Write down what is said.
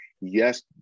Yes